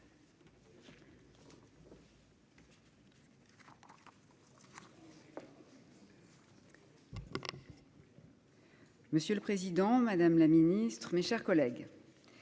Monsieur le Président, Madame la Ministre, mes chers collègues,